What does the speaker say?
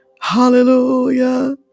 Hallelujah